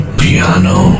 piano